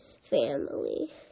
family